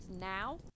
now